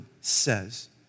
says